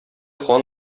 хан